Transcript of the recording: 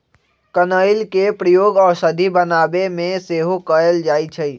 कनइल के प्रयोग औषधि बनाबे में सेहो कएल जाइ छइ